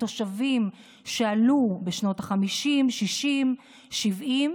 התושבים שעלו בשנות החמישים-שישים-שבעים,